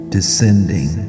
Descending